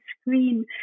screen